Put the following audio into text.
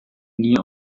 nie